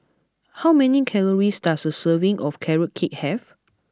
how many calories does a serving of Carrot Cake have